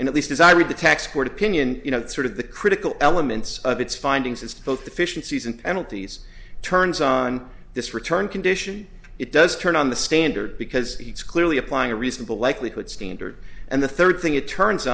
and at least as i read the tax court opinion you know the sort of the critical elements of its findings it's both deficiencies and penalties turns on this return condition it does turn on the standard because it's clearly applying a reasonable likelihood standard and the third thing it turn